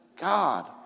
God